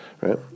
right